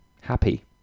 happy